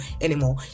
anymore